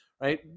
right